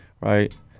right